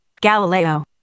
Galileo